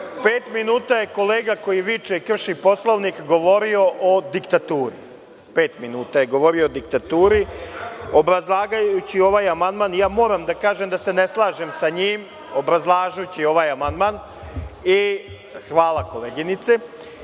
minuta je kolega koji viče – krši Poslovnik, govorio o diktaturi. Pet minuta je govorio o diktaturi, obrazlažući ovaj amandman. Moram da kažem da se ne slažem sa njim, obrazlažući ovaj amandman, i zbog